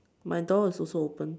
my door is also open